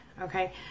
Okay